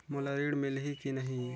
मोला ऋण मिलही की नहीं?